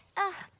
oh.